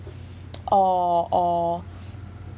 or or